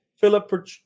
Philip